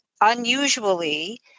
Unusually